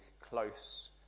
close